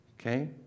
Okay